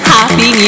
Happy